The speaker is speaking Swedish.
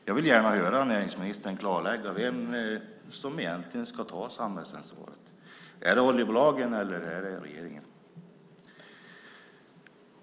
Jag vill gärna höra näringsministern klarlägga vem som egentligen ska ta samhällsansvaret. Är det oljebolagen eller är det regeringen?